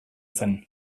zen